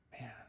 Man